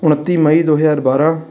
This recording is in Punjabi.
ਉਣੱਤੀ ਮਈ ਦੋ ਹਜ਼ਾਰ ਬਾਰ੍ਹਾਂ